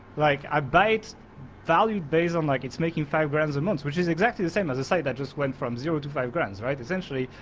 like i bite valued based on like it's making five grams a and month which is exactly the same as a site that just went from zero to five grands, right essentially,